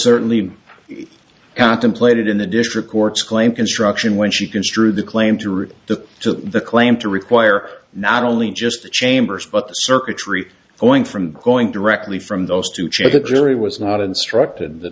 certainly contemplated in the district courts claim construction when she construed the claim to read the to the claim to require not only just the chambers but the circuitry going from going directly from those to change the jury was not instructed the